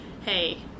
hey